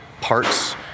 parts